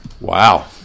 Wow